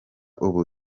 ubu